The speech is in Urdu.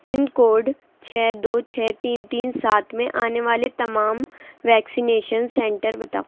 پن کوڈ چھ دو چھ تین تین سات میں آنے والے تمام ویکسینیشن سینٹر بتاؤ